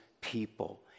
people